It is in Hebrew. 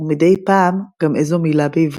ומדי פעם גם איזו מלה בעברית.